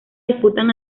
disputan